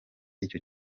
icyo